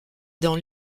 dans